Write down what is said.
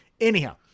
Anyhow